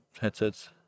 headsets